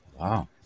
Wow